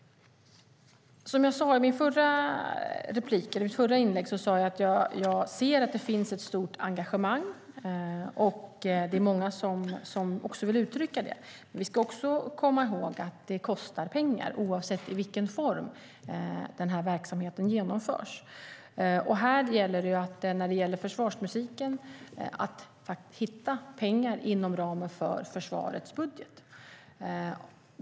I mitt förra inlägg sade jag att jag ser att det finns ett stort engagemang. Det är många som också vill uttrycka det engagemanget. Vi ska också komma ihåg att musikkårerna kostar pengar oavsett i vilken form verksamheten genomförs. När det gäller försvarsmusiken handlar det om att hitta pengar inom ramen för försvarets budget.